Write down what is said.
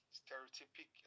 stereotypic